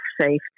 safe